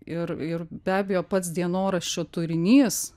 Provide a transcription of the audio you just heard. ir ir be abejo pats dienoraščio turinys